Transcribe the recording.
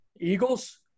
Eagles